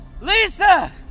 Lisa